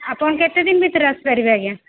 ଆପଣ କେତେ ଦିନ ଭିତେରେ ଆସି ପାରିବେ ଆଜ୍ଞା